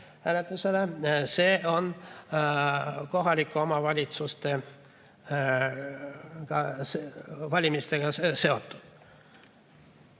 hääletusele, on kohalike omavalitsuste valimistega seotud.